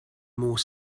more